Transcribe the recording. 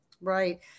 Right